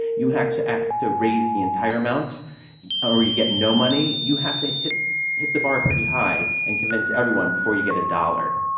you have to act to raise the entire amount or you get no money. you have to hit hit the bar pretty high and convince everyone before you get a dollar.